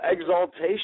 exaltation